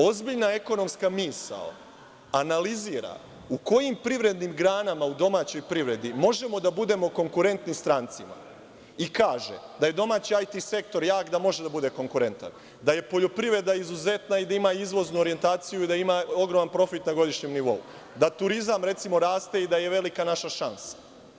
Ozbiljna ekonomska misao analizira u kojim privrednim granama u domaćoj privredi možemo da budemo konkurentni strancima, i kaže da je domaći IT sektor jak da može da bude konkurentan, da je poljoprivreda izuzetna i da ima izvoznu orijentaciju, da ima ogroman profit na godišnjem nivou, da turizam, recimo, raste i da je velika naša šansa.